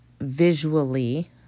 visually